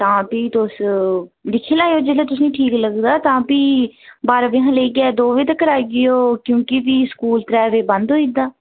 तां बी तुस दिक्खी लैएयो जियां तुसेंगी ठीक लग्गग तां फ्ही बारां बजे कशा लेइयै कोई दौ बजे तगर आई जाएयो क्योंकि फ्ही स्कूल त्रै बजे बंद होई जंदा